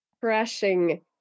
crashing